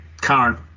current